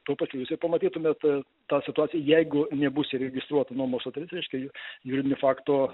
tuo pačiu jūs ir pamatytumėt tą situaciją jeigu nebus įregistruotą nuomos sutartis reiškia juridinio fakto